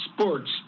sports